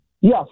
Yes